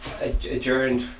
adjourned